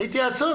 התייעצות,